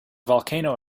volcano